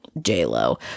J-Lo